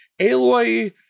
Aloy